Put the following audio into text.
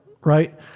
right